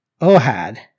Ohad